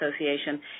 Association